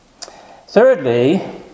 Thirdly